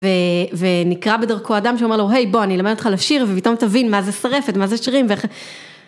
ונקרה בדרכו אדם שאומר לו, היי, בוא אני אלמד אותך לשיר ופתאום תבין מה זה סרעפת, מה זה שרירים ואיך...